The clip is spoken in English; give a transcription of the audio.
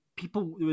People